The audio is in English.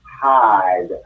hide